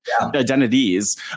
identities